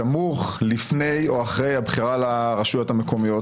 בסמוך, לפני או אחרי הבחירה לרשויות המקומיות.